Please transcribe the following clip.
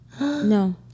No